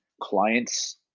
clients